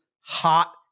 hot